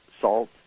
salt